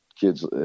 kids